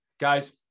Guys